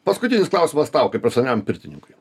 paskutinis klausimas tau kaip ir seniam pirtininkui